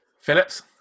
Phillips